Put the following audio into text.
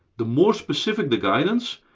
the more specific the guidance,